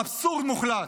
אבסורד מוחלט.